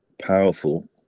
powerful